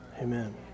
Amen